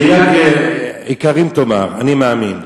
בי"ג עיקרים תאמר "אני מאמין".